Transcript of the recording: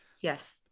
Yes